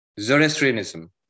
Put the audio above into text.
Zoroastrianism